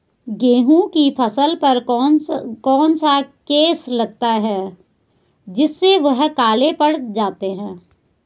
गेहूँ की फसल पर कौन सा केस लगता है जिससे वह काले पड़ जाते हैं?